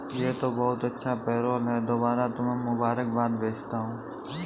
यह तो बहुत अच्छा पेरोल है दोबारा तुम्हें मुबारकबाद भेजता हूं